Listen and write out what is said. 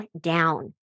down